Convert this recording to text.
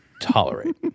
tolerate